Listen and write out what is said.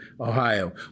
Ohio